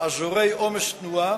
אזורי עומס תנועה